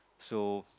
so